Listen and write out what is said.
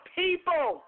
people